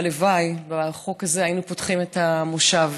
והלוואי שבחוק זה היינו פותחים את המושב,